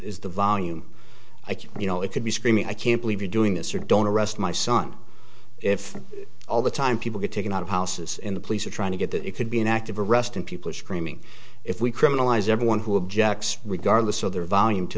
is the volume i q you know it could be screaming i can't believe you're doing this or don't arrest my son if all the time people get taken out of houses in the police are trying to get that it could be an act of arresting people screaming if we criminalize everyone who objects regardless of their volume to